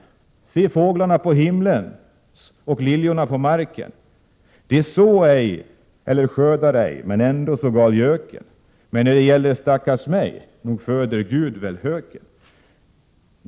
Se fåglarna på himmelen de så ju eller skördar ej men ändå så gal göken och när det gäller stackars mej — nog föder gud väl höken.